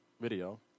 Video